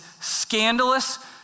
scandalous